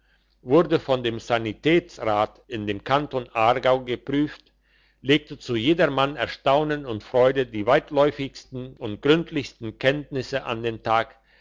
wurde von dem sanitätsrat in dem kanton aargau geprüft legte zu jedermann erstaunen und freude die weitläufigsten und gründlichsten kenntnisse an den tag